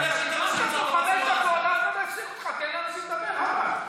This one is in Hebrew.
למען מדינת ישראל לפני שאתה משמיץ אותו בצורה הזאת.